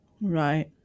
right